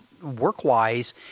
work-wise